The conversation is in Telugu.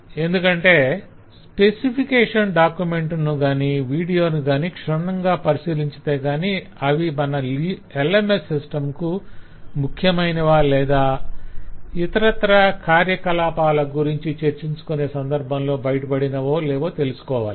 ఎందుకంటే స్పెసిఫికేషన్ డాక్యుమెంట్ ను గాని వీడియోని గాని క్షుణ్ణంగా పరిశీలించితేగాని అవి మన LMS సిస్టం కు ముఖ్యమైనవా లేదా ఇతరత్రా కార్యకలాపాల గురించి చర్చించుకునే సందర్భంలో బయటపడినవో తెలుసుకోవాలి